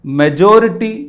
majority